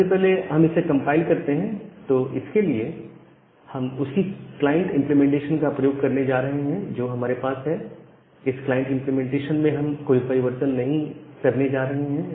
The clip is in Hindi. सबसे पहले हम इसे कंपाइल करते हैं तो इसके लिए हम उसी क्लाइंट इंप्लीमेंटेशन का प्रयोग करने जा रहे हैं जो हमारे पास है इस क्लाइंट इंप्लीमेंटेशन में हम कोई परिवर्तन करने नहीं जा रहे हैं